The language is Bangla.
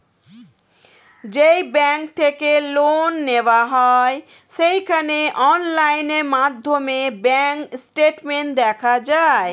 যেই ব্যাঙ্ক থেকে লোন নেওয়া হয় সেখানে অনলাইন মাধ্যমে ব্যাঙ্ক স্টেটমেন্ট দেখা যায়